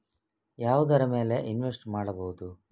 ಯಾವುದರ ಮೇಲೆ ಇನ್ವೆಸ್ಟ್ ಮಾಡಬಹುದು?